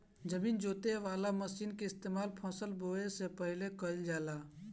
जमीन जोते वाला मशीन के इस्तेमाल फसल बोवे से पहिले कइल जाला